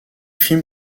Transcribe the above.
films